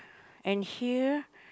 and here